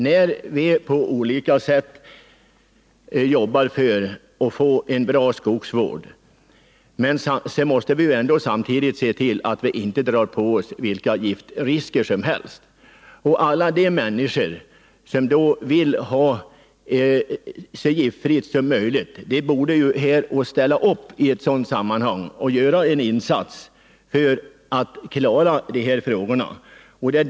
När vi på olika sätt jobbar på att få en bra skogsvård måste vi samtidigt se till att vi inte drar på oss vilka giftrisker som helst. Alla de människor som vill ha ett så giftfritt samhälle som möjligt borde ställa upp och göra en insats för att klara de här frågorna.